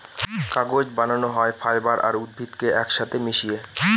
কাগজ বানানো হয় ফাইবার আর উদ্ভিদকে এক সাথে মিশিয়ে